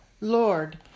Lord